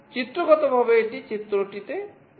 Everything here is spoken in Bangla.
চিত্রগতভাবে এটি চিত্রটিতে দেখানো হয়েছে